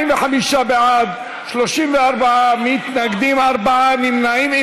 45 בעד, 34 מתנגדים, ארבעה נמנעים.